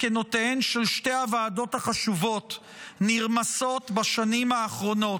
מסקנותיהן של שתי הוועדות החשובות נרמסות בשנים האחרונות,